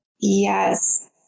Yes